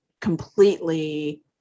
completely